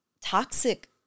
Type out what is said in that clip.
toxic